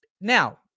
Now